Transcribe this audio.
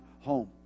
home